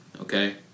okay